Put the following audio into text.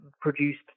produced